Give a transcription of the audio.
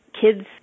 kids